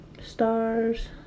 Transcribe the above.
Stars